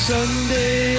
Sunday